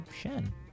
Shen